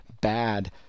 bad